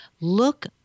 look